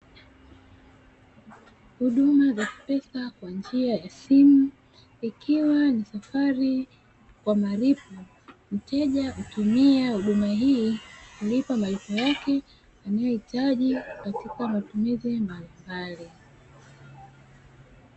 Huduma za pesa kwa njia ya simu, ikiwa ni safari kwa malipo, mteja hutumia huduma hii kulipa malipo yake anayohitaji katika matumizi mbalimbali.